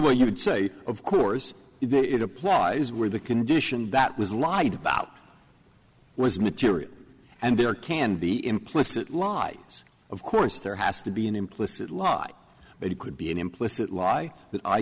would say of course it applies where the condition that was lied about was material and there can be implicit lies of course there has to be an implicit lot but it could be an implicit lie that i